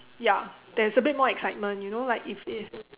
ya there is a bit more excitement you know like if if